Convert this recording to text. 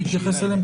להתייחס אליהם?